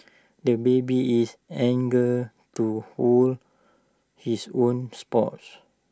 the baby is anger to hold his own spoons